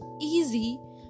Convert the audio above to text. easy